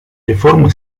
реформы